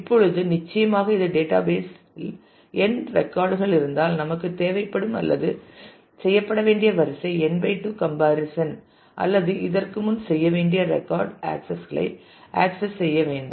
இப்பொழுது நிச்சயமாக இது டேட்டாபேஸ் இல் n ரெக்கார்ட் கள் இருந்தால் நமக்குத் தேவைப்படும் அல்லது செய்யப்பட வேண்டிய வரிசை n 2 கம்பாரிசன் அல்லது இதற்கு முன் செய்ய வேண்டிய ரெக்கார்ட் ஆக்சஸ் களை ஆக்சஸ் செய்ய வேண்டும்